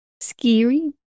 Scary